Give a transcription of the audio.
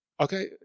okay